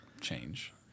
change